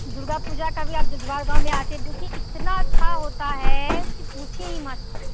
दुर्गा पूजा का भी आप जुजुआर गाँव में आ कर देखिए इतना अच्छा होता है कि पूछिए ही मत